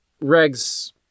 Reg's